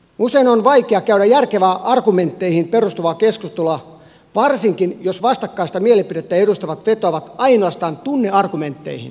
usein on vaikea käydä järkevää argumentteihin perustuvaa keskustelua varsinkin jos vastakkaista mielipidettä edustavat vetoavat ainoastaan tunneargumentteihin